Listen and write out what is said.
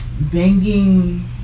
banging